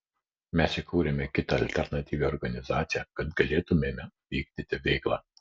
mes įkūrėme kitą alternatyvią organizaciją kad galėtumėme vykdyti veiklą